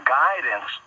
guidance